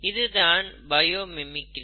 இது தான் bio mimicry